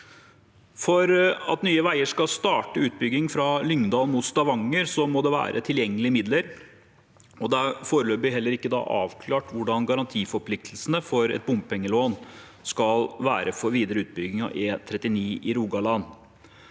For at Nye veier skal starte utbygging fra Lyngdal mot Stavanger, må det være tilgjengelige midler, og det er foreløpig heller ikke avklart hvordan garantiforpliktelsene for et bompengelån skal være for videre utbygging av E39 i Rogaland.